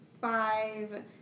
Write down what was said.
five